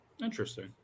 Interesting